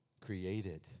created